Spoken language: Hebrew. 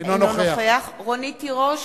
אינו נוכח רונית תירוש,